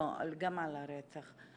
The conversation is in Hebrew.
גם על הרצח.